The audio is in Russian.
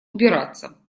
убираться